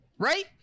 Right